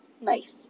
nice